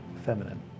Feminine